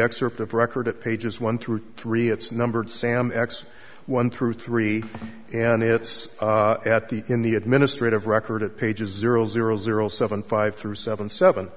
excerpt of record at pages one through three it's numbered sam x one through three and it's at the in the administrative record at pages zero zero zero seven five through seven seven